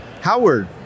howard